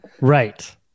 Right